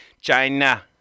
China